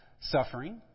suffering